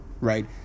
right